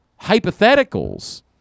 hypotheticals